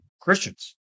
Christians